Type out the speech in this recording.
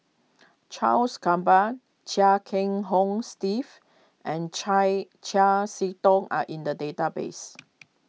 Charles Gamba Chia Kiah Hong Steve and Chai Chiam See Tong are in the database